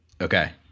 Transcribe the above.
Okay